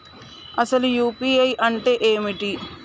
అసలు యూ.పీ.ఐ అంటే ఏమిటి?